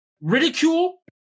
ridicule